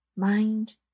Mind